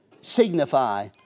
signify